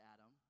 Adam